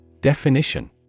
Definition